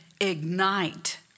ignite